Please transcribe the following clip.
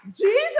Jesus